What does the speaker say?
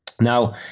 Now